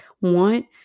want